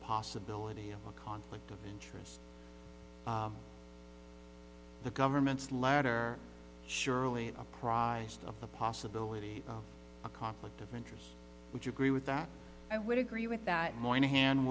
possibility of a conflict of interest the government's ladder surely apprised of the possibility of a conflict of interest would you agree with that i would agree with that moyni